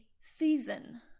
season